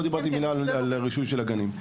לא דיברתי על הרישוי של הגנים.